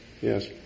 Yes